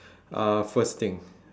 uh first thing